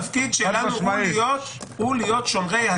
התפקיד שלנו הוא להיות שומרי הסף האמיתיים.